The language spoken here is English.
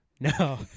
No